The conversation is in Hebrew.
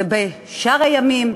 ובשאר הימים,